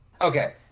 Okay